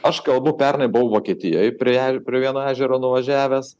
aš kalbu pernai buvau vokietijoj prie e prie vieno ežero nuvažiavęs